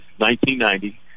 1990